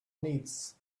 needs